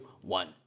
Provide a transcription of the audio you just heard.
one